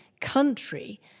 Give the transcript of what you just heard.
country